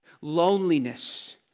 loneliness